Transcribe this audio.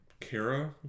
Kara